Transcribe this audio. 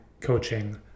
coaching